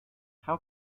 how